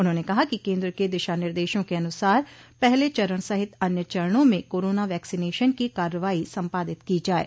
उन्होंने कहा कि केन्द्र के दिशा निर्देशों के अनुसार पहले चरण सहित अन्य चरणों में कोरोना वैक्सीनशन की कार्रवाई सम्पादित की जाये